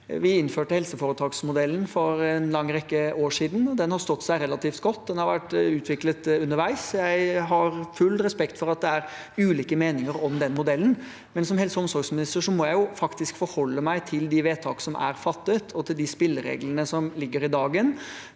Vi innførte helseforetaksmodellen for en lang rekke år siden. Den har stått seg relativt godt. Den har vært utviklet underveis. Jeg har full respekt for at det er ulike meninger om den modellen, men som helse- og omsorgsminister må jeg forholde meg til de vedtak som er fattet, og til de spillereglene som ligger i dagen.